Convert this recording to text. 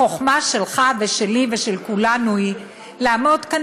החוכמה שלך ושלי ושל כולנו היא לעמוד כאן